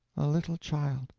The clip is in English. a little child.